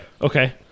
Okay